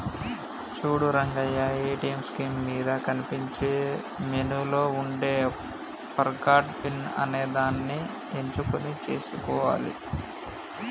చూడు Rangayya ATM screen మీద కనిపించే మెనూలో ఉండే ఫర్గాట్ పిన్ అనేదాన్ని ఎంచుకొని సేసుకోవాలి